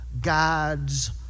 God's